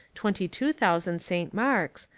twenty-two thousand st. marks,